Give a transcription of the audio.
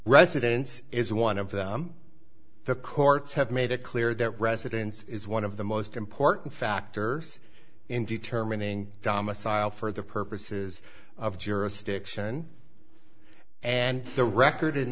residents is one of them the courts have made it clear that residence is one of the most important factors in determining domicile for the purposes of jurisdiction and the record in